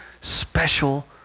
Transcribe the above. special